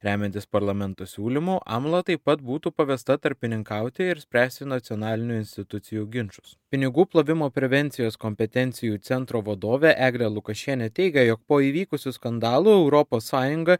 remiantis parlamento siūlymu amla taip pat būtų pavesta tarpininkauti ir spręsti nacionalinių institucijų ginčus pinigų plovimo prevencijos kompetencijų centro vadovė eglė lukošienė teigė jog po įvykusių skandalų europos sąjunga